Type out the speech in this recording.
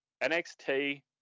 NXT